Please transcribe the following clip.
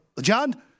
John